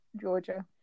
Georgia